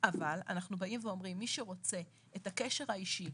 אנחנו עושים הכול כדי לנסות להנגיש את השירותים